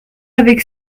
avec